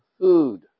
food